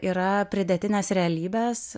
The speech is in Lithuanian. yra pridėtinės realybės